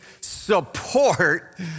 support